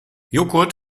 joghurt